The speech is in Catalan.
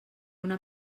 una